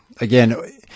again